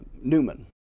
Newman